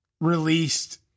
released